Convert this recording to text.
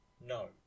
No